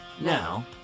Now